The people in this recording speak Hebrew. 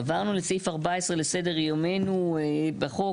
עברנו לסעיף (14) לסדר יומנו בחוק.